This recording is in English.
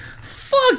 fuck